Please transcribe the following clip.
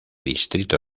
distrito